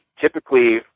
typically